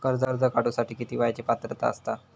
कर्ज काढूसाठी किती वयाची पात्रता असता?